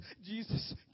Jesus